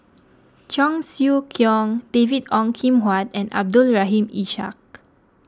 Cheong Siew Keong David Ong Kim Huat and Abdul Rahim Ishak